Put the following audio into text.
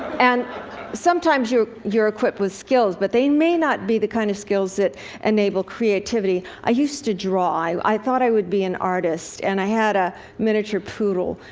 and sometimes you're you're equipped with skills, but they may not be the kind of skills that enable creativity. i used to draw. i thought i would be an artist. and i had a miniature poodle.